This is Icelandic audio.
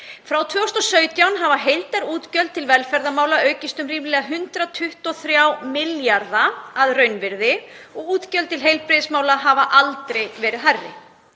Frá 2017 hafa heildarútgjöld til velferðarmála aukist um ríflega 123 milljarða að raunvirði og útgjöld til heilbrigðismála hafa aldrei verið hærri.